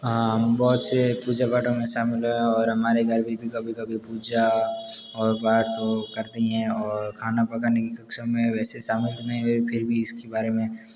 हाँ हम बहुत से पूजा पाठों में शामिल हैं और हमारे घर भी कभी कभी पूजा और बाहर तो करते ही हैं और खाना पकाने में सक्षम हैं वैसे सामर्थ में हुई फिर भी इस के बारे में